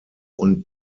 und